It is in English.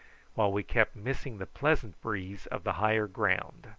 while we kept missing the pleasant breeze of the higher ground.